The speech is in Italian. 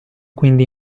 quindi